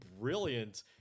brilliant